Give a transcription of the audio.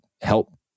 help